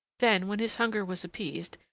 then, when his hunger was appeased,